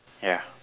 ya